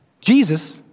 Jesus